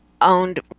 owned